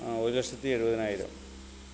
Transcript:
ഒരു ലക്ഷത്തി എഴുപതിനായിരം